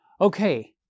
okay